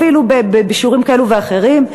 אפילו בשיעורים כאלה ואחרים,